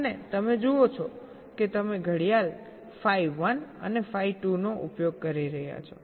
અને તમે જુઓ છો કે તમે ઘડિયાળ phi 1 અને phi 2 નો ઉપયોગ કરી રહ્યા છો